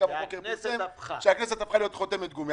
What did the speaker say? שהכנסת הפכה להיות חותמת גומי,